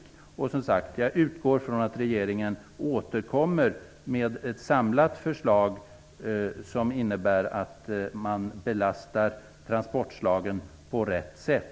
Jag utgår, som sagt var, från att regeringen återkommer med ett samlat förslag, som innebär att man belastar transportslagen på rätt sätt.